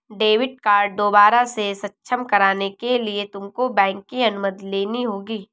debit card दोबारा से सक्षम कराने के लिए तुमको बैंक की अनुमति लेनी होगी